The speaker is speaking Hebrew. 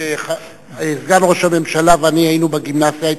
כשסגן ראש הממשלה ואני היינו בגימנסיה,